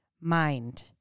mind